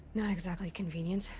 not exactly convenient.